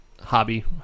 hobby